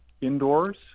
indoors